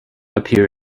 appear